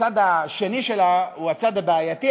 הצד השני שלה הוא הצד הבעייתי,